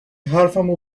حرفمو